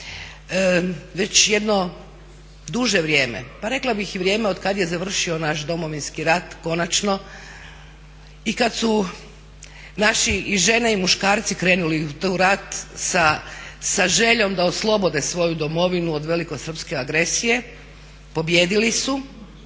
Već jedno duže vrijeme pa rekla bih i vrijeme od kad je završio naš Domovinski rat konačno i kad su naši i žene i muškarci krenuli u rat sa željom da oslobode svoju Domovinu od velikosrpske agresije, pobijedili su